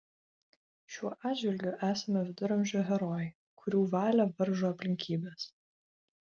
šiuo atžvilgiu esame viduramžių herojai kurių valią varžo aplinkybės